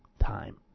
time